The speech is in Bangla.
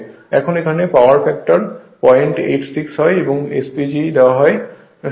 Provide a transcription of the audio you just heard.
এখন এখানে পাওয়ার ফ্যাক্টর 086 হয় এবং SPG দেওয়া হয়